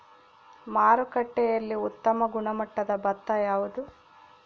ಮಾರುಕಟ್ಟೆಯಲ್ಲಿ ಉತ್ತಮ ಗುಣಮಟ್ಟದ ಭತ್ತ ಯಾವುದು?